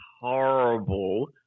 horrible